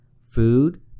food